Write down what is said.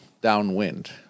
downwind